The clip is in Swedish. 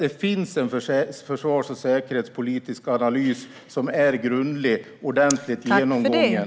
Det finns en försvars och säkerhetspolitisk analys som är grundligt och ordentligt genomgången.